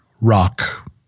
rock